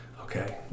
Okay